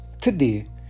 Today